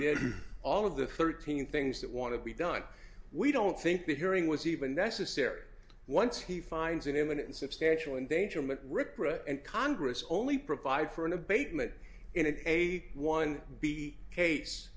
did all of the thirteen things that want to be done we don't think the hearing was even necessary once he finds an imminent substantial endangerment ripper and congress only provide for an abatement in an eighty one b case